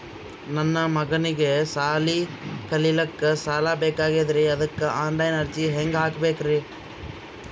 ನನ್ನ ಮಗನಿಗಿ ಸಾಲಿ ಕಲಿಲಕ್ಕ ಸಾಲ ಬೇಕಾಗ್ಯದ್ರಿ ಅದಕ್ಕ ಆನ್ ಲೈನ್ ಅರ್ಜಿ ಹೆಂಗ ಹಾಕಬೇಕ್ರಿ?